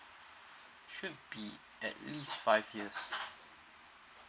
should be at least five year